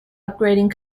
upgrading